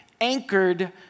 anchored